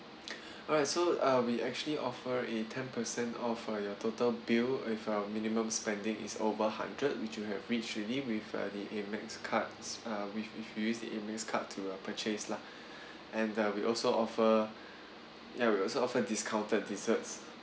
alright so uh we actually offer a ten percent off your total bill if uh minimum spending is over hundred which you have reached already with uh the amex cards uh which we use the amex card to purchase lah and uh we also offer ya we also offer discounted desserts